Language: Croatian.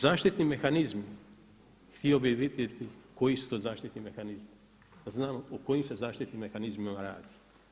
Zaštitni mehanizmi htio bih vidjeti koji su to zaštitni mehanizmi da znamo o kojim se zaštitnim mehanizmima radi.